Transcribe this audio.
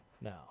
No